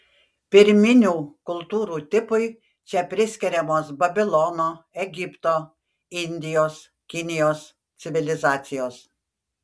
pirminių kultūrų tipui čia priskiriamos babilono egipto indijos kinijos civilizacijos